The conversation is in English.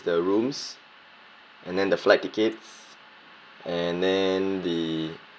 the rooms and then the flight tickets and then the